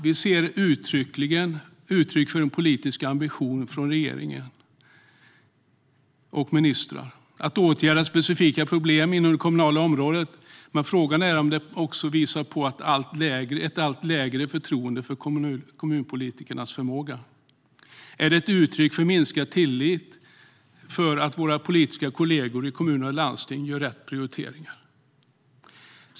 Det vi ser är uttryck för en politisk ambition från regering och ministrar att åtgärda specifika problem inom det kommunala området. Men frågan är om det också visar på ett allt lägre förtroende för kommunpolitikernas förmåga. Är det ett uttryck för minskad tillit till att våra politiska kollegor i kommuner och landsting gör rätt prioriteringar?